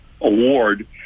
award